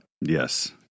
Yes